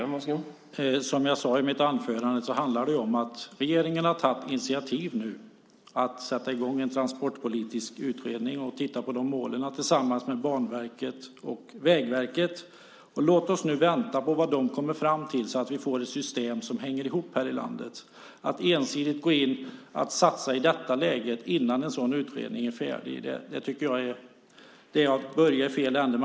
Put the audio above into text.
Herr talman! Som jag sade i mitt anförande handlar det om att regeringen nu har tagit initiativ att sätta igång en transportpolitisk utredning och ska titta på målen tillsammans med Banverket och Vägverket. Låt oss nu vänta på vad de kommer fram till så att vi får ett system som hänger ihop här i landet. Att ensidigt gå in och satsa i detta läge innan en sådan utredning är färdig är att börja i fel ände.